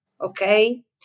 Okay